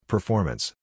Performance